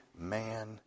man